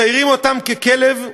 מציירים אותם ככלב,